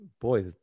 Boy